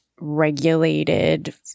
regulated